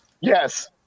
Yes